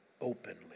openly